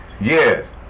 Yes